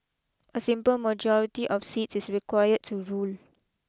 a simple majority of seats is required to rule